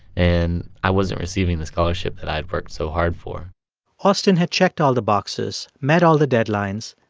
and i wasn't receiving the scholarship that i had worked so hard for austin had checked all the boxes, met all the deadlines,